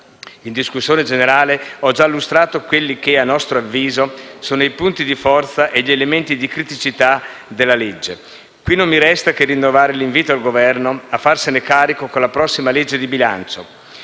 In discussione generale ho già illustrato quelli che, a nostro avviso, sono i punti di forza e gli elementi di criticità della legge. In questa sede, non mi resta che rinnovare l'invito al Governo a farsene carico con la prossima legge di bilancio.